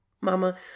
mama